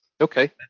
Okay